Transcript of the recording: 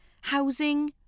Housing